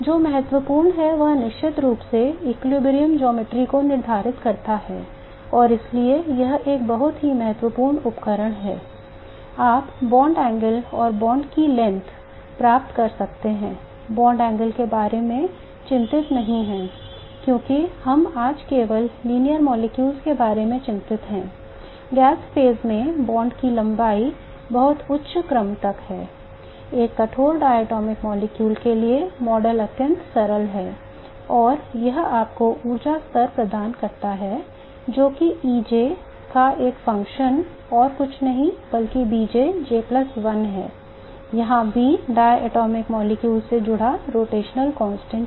जो महत्वपूर्ण है वह निश्चित रूप से संतुलन ज्यामिति है जहाँ B diatomic molecule से जुड़ा रोटेशनल कांस्टेंट है